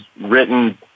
written